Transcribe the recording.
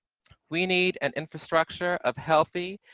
we need an infrastructure of healthy,